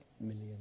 million